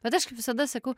bet aš kaip visada sakau